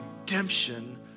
redemption